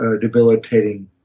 debilitating